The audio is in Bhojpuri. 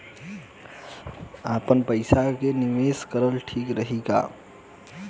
आपनपईसा के निवेस कईल ठीक रही का?